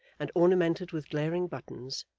and ornamented with glaring buttons,